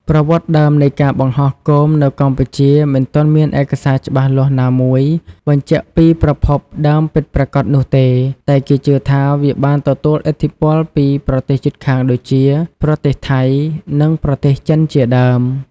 ប្រវត្តិដើមនៃការបង្ហោះគោមនៅកម្ពុជាមិនទាន់មានឯកសារច្បាស់លាស់ណាមួយបញ្ជាក់ពីប្រភពដើមពិតប្រាកដនោះទេ តែគេជឿថាវាបានទទួលឥទ្ធិពលពីប្រទេសជិតខាងដូចជា ប្រទេសថៃ និងប្រទេសចិនជាដើម។